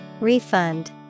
Refund